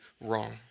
wrong